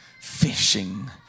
fishing